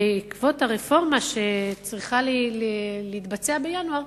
בעקבות הרפורמה שצריכה להתבצע בינואר,